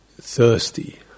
thirsty